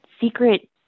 secret